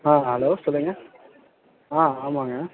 ஆ hello சொல்லுங்க ஆ ஆமாங்க